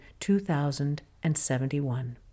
2,071